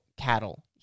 cattle